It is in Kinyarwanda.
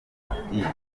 amabwiriza